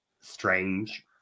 strange